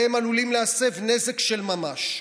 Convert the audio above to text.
והם עלולים להסב נזק של ממש,